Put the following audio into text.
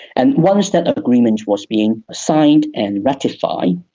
and once that agreement was being signed and ratified,